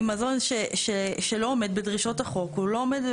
היא מזון שלא עומד בדרישות החוק הוא לא עומד,